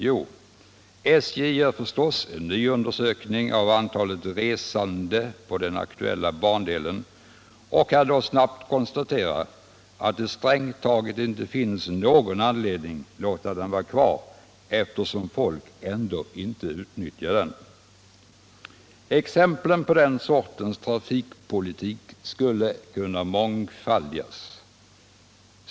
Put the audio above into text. Jo, SJ gör förstås en ny undersökning av antalet resande på den aktuella bandelen och kan då snabbt konstatera att det strängt taget inte finns någon anledning låta den vara kvar eftersom folk ändå inte utnyttjar den! Exemplen på den sortens trafikpolitik skulle kunna mångfaldigas.